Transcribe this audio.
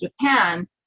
Japan